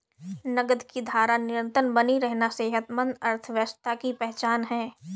नकद की धारा निरंतर बनी रहना सेहतमंद अर्थव्यवस्था की पहचान है